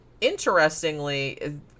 interestingly